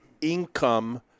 income